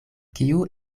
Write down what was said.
kiu